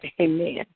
Amen